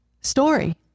story